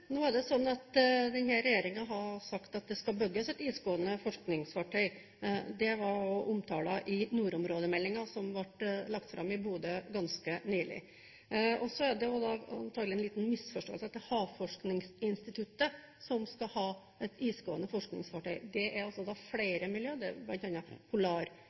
Nå er det sånn at denne regjeringen har sagt at det skal bygges et isgående forskningsfartøy. Det var også omtalt i nordområdemeldingen, som ble lagt fram i Bodø ganske nylig. Så er det antagelig en liten misforståelse at det er Havforskningsinstituttet som skal ha et isgående forskningsfartøy. Det er flere miljøer. Det er